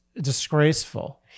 disgraceful